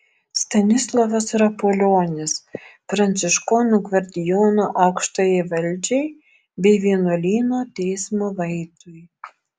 stanislovas rapolionis pranciškonų gvardijono aukštajai valdžiai bei vienuolyno teismo vaitui